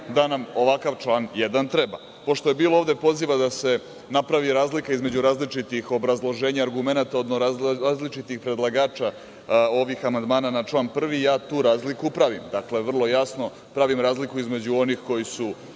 da nam ovakav jedan član treba. Pošto je bilo ovde poziva da se napravi razlika između različitih obrazloženja argumenata od različitih predlagača ovih amandmana na član 1, ja tu razliku pravim. Vrlo jasno pravim razliku između onih koji su